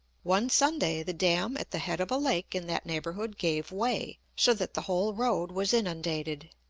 one sunday the dam at the head of a lake in that neighbourhood gave way, so that the whole road was inundated.